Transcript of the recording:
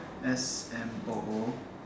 S M O O